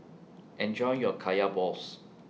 Enjoy your Kaya Balls